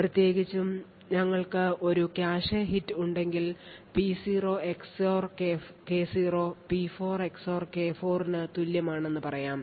പ്രത്യേകിച്ചും ഞങ്ങൾക്ക് ഒരു കാഷെ ഹിറ്റ് ഉണ്ടെങ്കിൽ P0 XOR K0 P4 XOR K4 ന് തുല്യമാണെന്ന് പറയാം